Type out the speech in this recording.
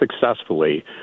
successfully